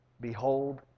Behold